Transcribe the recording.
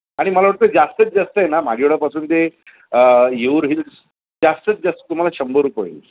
आणि मला वाटतं जास्तीत जास्त आहे ना माजिवड्यापासून ते येऊर हिल्स जास्तीत जास्त तुम्हाला शंभर रुपये होईल